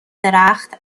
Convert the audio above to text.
درخت